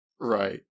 Right